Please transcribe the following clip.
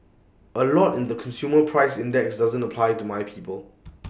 A lot in the consumer price index doesn't apply to my people